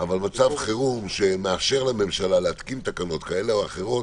אבל מצב חירום שמאפשר לממשלה להתקין תקנות כאלה או אחרות